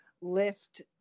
lift